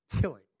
killing